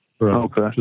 Okay